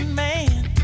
man